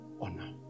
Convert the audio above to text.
Honor